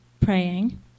praying